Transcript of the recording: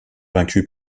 vaincu